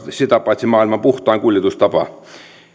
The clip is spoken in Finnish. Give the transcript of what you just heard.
sitä paitsi maailman puhtain kuljetustapa